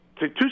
Two